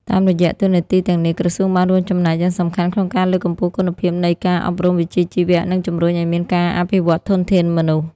តាមរយៈតួនាទីទាំងនេះ ក្រសួងបានរួមចំណែកយ៉ាងសំខាន់ក្នុងការលើកកម្ពស់គុណភាពនៃការអប់រំវិជ្ជាជីវៈ និងជំរុញឱ្យមានការអភិវឌ្ឍធនធានមនុស្ស។